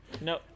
No